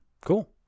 Cool